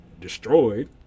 destroyed